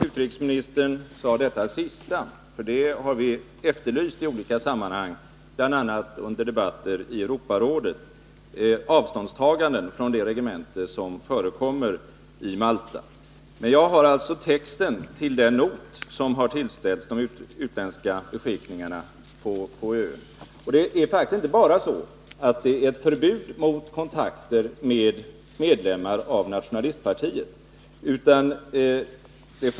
Herr talman! Det sista utrikesministern sade var välkommet. Vi har nämligen i olika sammanhang, bl.a. under debatter i Europarådet, efterlyst avståndstaganden från det regemente som förekommer i Malta. Jag har texten till den not som har tillställts de utländska beskickningarna på ön, och av den kan man konstatera att det faktiskt inte bara är fråga om ett förbud mot kontakter med medlemmar av nationalistpartiet.